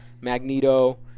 Magneto